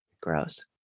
Gross